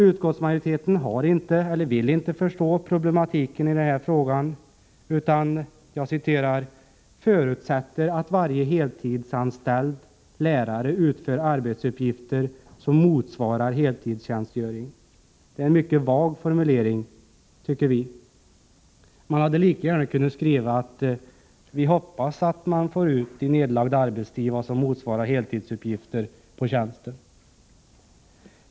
Utskottsmajoriteten har inte förstått eller vill inte förstå problematiken i denna fråga utan ”förutsätter att varje heltidsanställd lärare utför arbetsuppgifter som motsvarar heltidstjänstgöring”. En mycket vag formulering, tycker vi. Man hade lika gärna kunnat skriva, att man hoppas att man får ut i nedlagd arbetstid vad som motsvarar heltidsuppgifter på tjänsten.